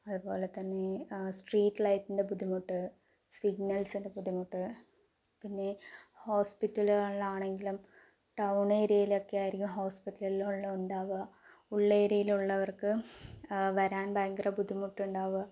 അതുപോലെ തന്നെ സ്ട്രീറ്റ് ലൈറ്റിൻ്റെ ബുദ്ധിമുട്ട് സിഗ്നൽസിൻ്റെ ബുദ്ധിമുട്ട് പിന്നേ ഹോസ്പിറ്റലിലുകളാണെങ്കിലും ടൗൺ ഏരിയയിലൊക്കേ ആയിരിക്കും ഹോസ്പിറ്റലുകളുണ്ടാവുക ഉള്ളേരിയയിലുള്ളവർക്കു വരാൻ ഭയങ്കര ബുദ്ധിമുട്ടുണ്ടാവുക